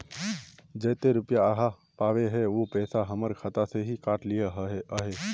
जयते रुपया आहाँ पाबे है उ पैसा हमर खाता से हि काट लिये आहाँ?